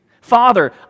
Father